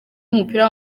w’umupira